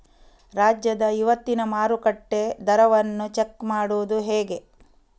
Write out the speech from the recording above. ರಾಜ್ಯದ ಇವತ್ತಿನ ಮಾರುಕಟ್ಟೆ ದರವನ್ನ ಚೆಕ್ ಮಾಡುವುದು ಹೇಗೆ?